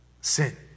sin